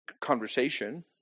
conversation